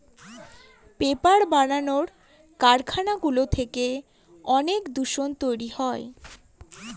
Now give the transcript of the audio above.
paper বানানোর কারখানাগুলো থেকে অনেক দূষণ তৈরী হয়